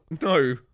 No